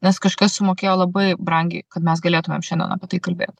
nes kažkas sumokėjo labai brangiai kad mes galėtumėm šiandien apie tai kalbėt